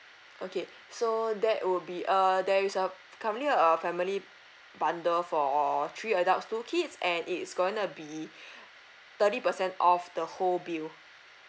okay so that would be uh there is a currently a family bundle for or or three adults two kids and it's going to be thirty percent off the whole bill